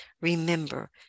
Remember